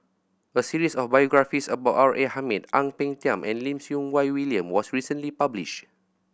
a series of biographies about R A Hamid Ang Peng Tiam and Lim Siew Wai William was recently published